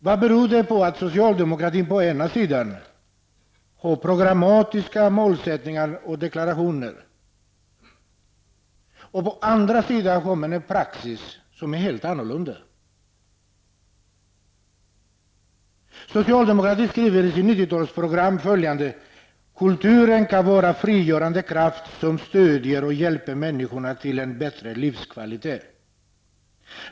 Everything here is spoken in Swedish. Vad beror det på att socialdemokratin å ena sidan har programmatiska mål och deklarationer och å andra sidan en praxis som innebär någonting helt annat? Socialdemokratin skriver i sitt 90-talsprogram följande: ''Kulturen kan vara en frigörande kraft, som stödjer och hjälper människorna till en bättre livskvalitet.